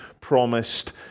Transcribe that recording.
promised